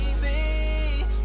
baby